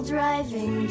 Driving